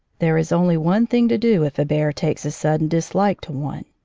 there is only one thing to do if a bear takes a sudden dislike to one.